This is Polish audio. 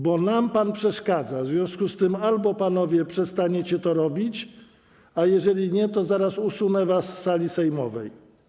Bo pan nam przeszkadza, w związku z tym albo panowie przestaniecie to robić, a jeżeli nie, to zaraz usunę was z sali sejmowej.